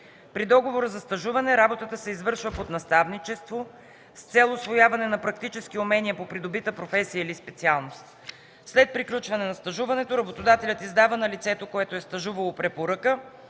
При договора за стажуване работата се извършва под наставничество с цел усвояване на практически умения по придобита професия или специалност. След приключване на стажуването работодателят издава на лицето, което е стажувало, препоръка,